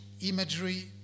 imagery